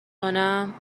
کنم